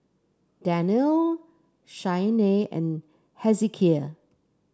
Danyel Shianne and Hezekiah